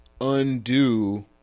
undo